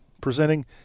presenting